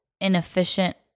inefficient